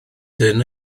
hyn